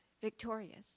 victorious